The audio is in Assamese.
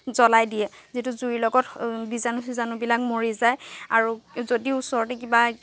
জ্বলাই দিয়ে যিটো জুইৰ লগত বীজাণু চিজাণুবিলাক মৰি যায় আৰু যদি ওচৰতে কিবা